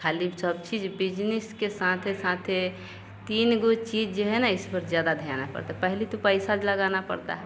खाली सब चीज़ बिजनिस के साथ साथ तीन चीज़ जो है इस पर ज़्यादा ध्यान लगाना पड़ता है पहले तो पैसा लगाना पड़ता है